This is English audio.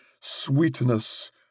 sweetness